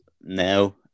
now